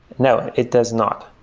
no. it does not.